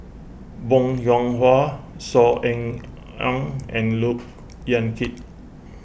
Bong Hiong Hwa Saw Ean Ang and Look Yan Kit